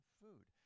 food